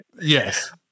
yes